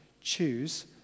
choose